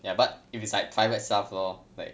ya but if it's like private stuff lor like